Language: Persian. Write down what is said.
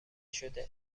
شده